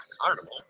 Carnival